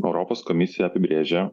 europos komisija apibrėžia